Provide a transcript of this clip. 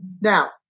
Now